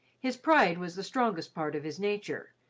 his pride was the strongest part of his nature,